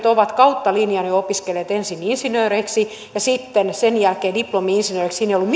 ovat kautta linjan jo opiskelleet ensin insinööriksi ja sitten sen jälkeen diplomi insinööriksi siinä ei ole ollut